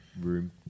room